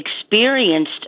experienced